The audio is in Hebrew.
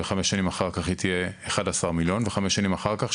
וחמש שנים אחר כך היא תהיה 11 מיליון וחמש שנים אחר כך,